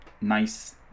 nice